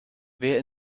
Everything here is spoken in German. wer